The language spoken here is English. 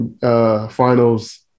Finals